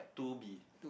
two B